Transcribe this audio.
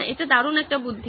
এটা একটা দারুন বুদ্ধি